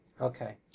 Okay